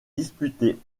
disputée